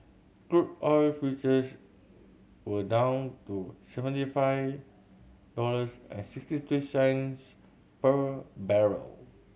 crude oil futures were down to seventy five dollars and six three cents per barrel